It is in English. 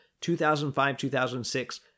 2005-2006